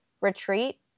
retreat